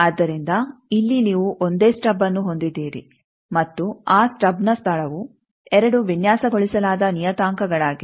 ಆದ್ದರಿಂದ ಇಲ್ಲಿ ನೀವು ಒಂದೇ ಸ್ಟಬ್ ಅನ್ನು ಹೊಂದಿದ್ದೀರಿ ಮತ್ತು ಆ ಸ್ಟಬ್ನ ಸ್ಥಳವು 2 ವಿನ್ಯಾಸಗೊಳಿಸಲಾದ ನಿಯತಾಂಕಗಳಾಗಿವೆ